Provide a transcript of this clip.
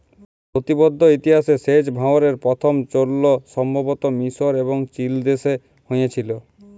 লতিবদ্ধ ইতিহাসে সেঁচ ভাঁয়রের পথম চলল সম্ভবত মিসর এবং চিলদেশে হঁয়েছিল